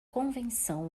convenção